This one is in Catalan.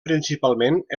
principalment